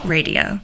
Radio